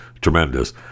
tremendous